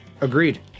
Agreed